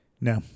No